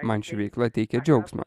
man ši veikla teikia džiaugsmą